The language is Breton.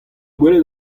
gwelet